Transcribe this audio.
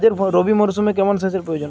রবি মরশুমে কেমন সেচের প্রয়োজন?